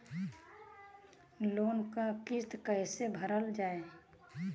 Loan क किस्त कैसे भरल जाए?